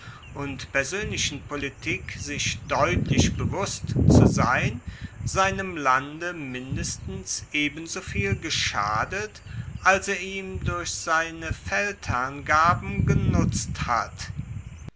und persoenlichen politik sich deutlich bewusst zu sein seinem lande mindestens ebensoviel geschadet als er ihm durch seine feldherrngaben genutzt hat